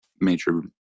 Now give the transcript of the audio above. major